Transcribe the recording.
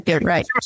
right